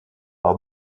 par